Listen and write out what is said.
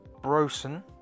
Brosen